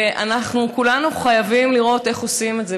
ואנחנו כולנו חייבים לראות איך עושים את זה.